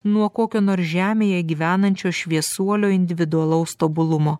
nuo kokio nors žemėje gyvenančio šviesuolio individualaus tobulumo